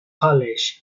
college